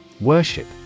Worship